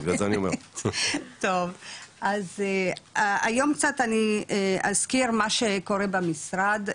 אז היום קצת אני אזכיר מה שקורה במשרד,